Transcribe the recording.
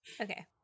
okay